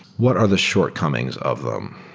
what are the shortcomings of them?